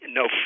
no